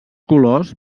colors